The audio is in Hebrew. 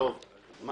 דב, תודה.